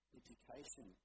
education